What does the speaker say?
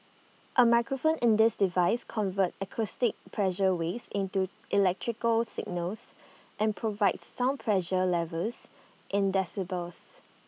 A microphone in the device converts acoustic pressure waves into electrical signals and provides sound pressure levels in decibels